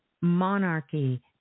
Monarchy